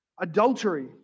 adultery